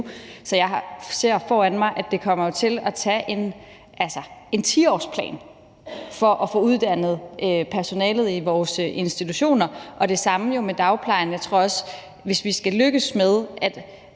Så jeg ser for mig, at der bliver behov for en 10-årsplan for at få uddannet personalet i vores institutioner, og det samme gælder jo for dagplejerne. Hvis vi skal lykkes med, at